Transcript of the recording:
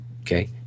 okay